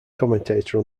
commentator